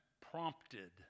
prompted